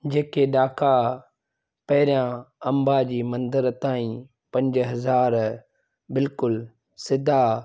जेके ॾाका पहिरियां अंबाजी मंदर ताईं पंज हज़ार बिल्कुलु सिधा